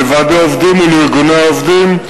לוועדי עובדים ולארגוני עובדים,